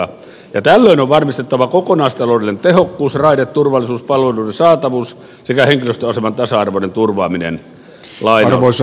tällöin on varmistettava kokonaistaloudellinen tehokkuus raideturvallisuus palveluiden saatavuus sekä henkilöstön aseman tasa arvoinen turvaaminen